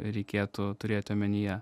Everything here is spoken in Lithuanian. reikėtų turėti omenyje